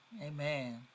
Amen